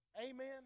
Amen